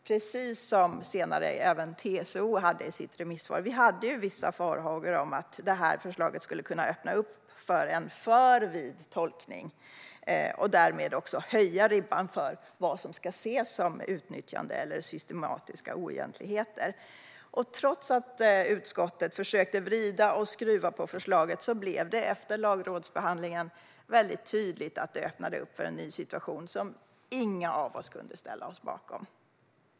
Precis som framkom av TCO:s remissvar hade vi vissa farhågor att förslaget skulle öppna för en för vid tolkning och därmed höja ribban för vad ska ses som utnyttjande eller systematiska oegentligheter. Trots att utskottet försökte vrida och skruva på förslaget blev det efter lagrådsbehandlingen tydligt att det öppnade för en ny situation som ingen av oss kunde ställa sig bakom.